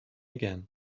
again